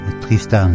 Tristan